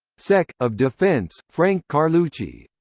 sec. of defense, frank carlucci.